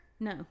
no